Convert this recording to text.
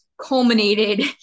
culminated